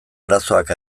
arazoak